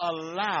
allow